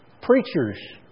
Preachers